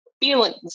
feelings